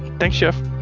thanks, jeff.